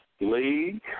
league